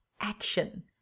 action